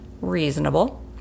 Reasonable